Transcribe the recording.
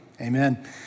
amen